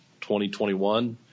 2021